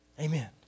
Amen